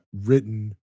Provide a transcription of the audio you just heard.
written